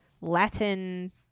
Latin